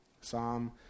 Psalm